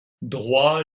droit